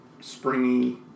springy